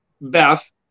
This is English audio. Beth